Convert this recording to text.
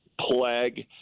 plague